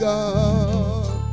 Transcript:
God